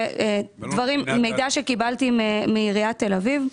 וזה מידע שקיבלתי מעיריית תל אביב,